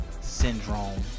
Syndrome